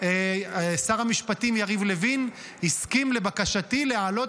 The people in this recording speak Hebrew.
שר המשפטים יריב לוין הסכים לבקשתי להעלות